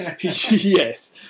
Yes